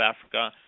Africa